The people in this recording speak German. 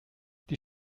die